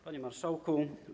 Panie Marszałku!